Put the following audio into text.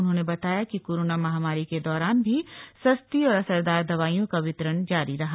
उन्होंने बताया कि कोरोना महामारी के दौरान भी सस्ती और असरदार दवाइयों का वितरण जारी रहा